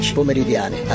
pomeridiane